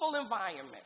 environment